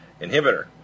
inhibitor